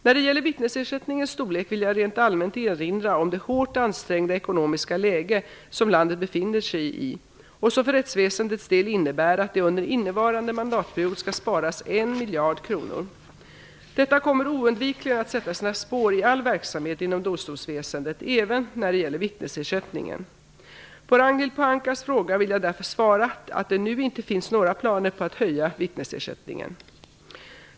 När det gäller vittnesersättningens storlek vill jag rent allmänt erinra om det hårt ansträngda ekonomiska läge som landet befinner sig i och som för rättsväsendets del innebär att det under innevarande mandatperiod skall sparas 1 miljard kronor. Detta kommer oundvikligen att sätta sina spår i all verksamhet inom domstolsväsendet, även när det gäller vittnesersättningen. På Ragnhild Pohankas fråga vill jag därför svara att det nu inte finns några planer på att höja vittnesersättningen.